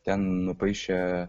ten nupaišė